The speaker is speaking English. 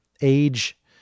age